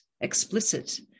explicit